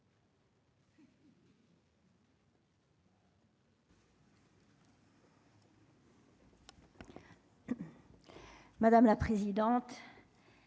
Madame la présidente.